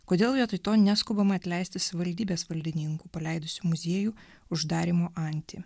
kodėl vietoj to neskubama atleisti savivaldybės valdininkų paleidusių muziejų uždarymo antį